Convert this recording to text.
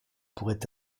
pourrait